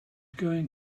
going